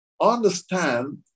understand